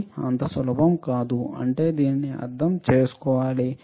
అది అంత సులభం కాదు అంటే దీనినిఅర్థం చేసుకోవాలి